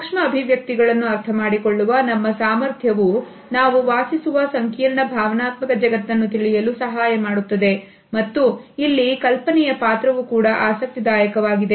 ಸೂಕ್ಷ್ಮ ಅಭಿವ್ಯಕ್ತಿಗಳನ್ನು ಅರ್ಥಮಾಡಿಕೊಳ್ಳುವ ನಮ್ಮ ಸಾಮರ್ಥ್ಯವು ನಾವು ವಾಸಿಸುವ ಸಂಕೀರ್ಣ ಭಾವನಾತ್ಮಕ ಜಗತ್ತನ್ನು ತಿಳಿಯಲು ಸಹಾಯ ಮಾಡುತ್ತದೆ ಮತ್ತು ಇಲ್ಲಿ ಕಲ್ಪನೆಯ ಪಾತ್ರವು ಕೂಡ ಆಸಕ್ತಿದಾಯಕವಾಗಿದೆ